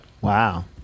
Wow